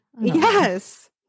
yes